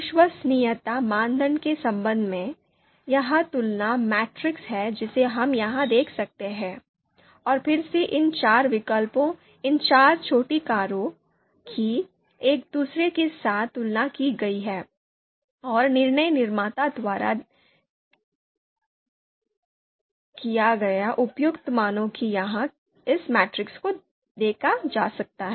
विश्वसनीयता मानदंड के संबंध में यह तुलना मैट्रिक्स है जिसे हम यहां देख सकते हैं और फिर से इन चार विकल्पों इन चार छोटी कारों की एक दूसरे के साथ तुलना की गई है और निर्णय निर्माता द्वारा दिए गए उपयुक्त मानों को यहां इस मैट्रिक्स में देखा जा सकता है